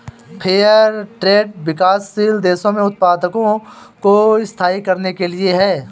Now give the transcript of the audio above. fair trade विकासशील देशों में उत्पादकों को स्थायी करने के लिए है